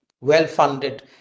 well-funded